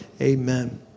Amen